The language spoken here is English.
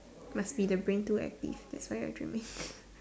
must be the brain too active that's why I dreaming